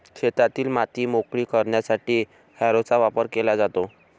शेतातील माती मोकळी करण्यासाठी हॅरोचा वापर केला जातो